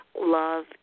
love